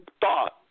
thought